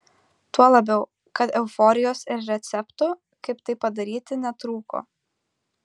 tuo labiau kad euforijos ir receptų kaip tai padaryti netrūko